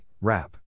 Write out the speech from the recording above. Wrap